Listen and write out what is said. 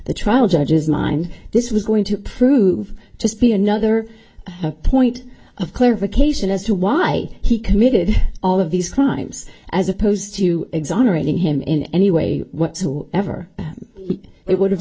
the trial judge's mind this is going to prove just be another point of clarification as to why he committed all of these crimes as opposed to exonerating him in any way whatsoever he would have